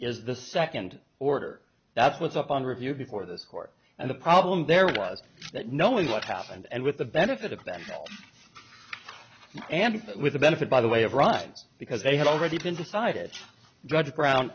is the second order that's was up on review before this court and the problem there was that knowing what happened and with the benefit of that and with the benefit by the way of runs because they had already been decided judge brown